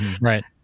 Right